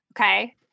Okay